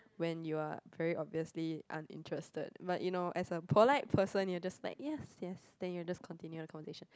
when you are very obviously uninterested but you know as a polite person you just like yes yes then you just continue conversation